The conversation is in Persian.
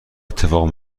اتفاق